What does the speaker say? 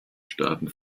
staaten